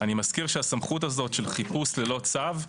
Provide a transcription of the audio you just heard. אני מזכיר שהסמכות הזאת של חיפוש ללא צו,